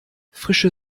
frische